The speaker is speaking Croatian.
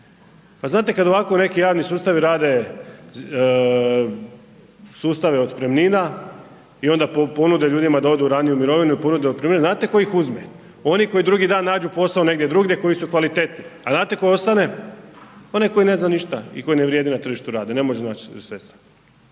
A znate kada neki ovako javni sustavi rade, sustavi otpremnina i onda ponude ljudima da odu ranije u mirovine, ponude otpremninu, znate tko ih uzme, oni koji drugi nađu posao negdje drugdje koji su kvalitetni. A znate tko ostane? Onaj koji ne zna ništa i koji ne vrijedi na tržištu rada i ne može naći …